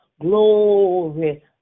Glory